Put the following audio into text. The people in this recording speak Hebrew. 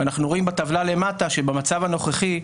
ואנחנו רואים בטבלה למטה שבמצב הנוכחי,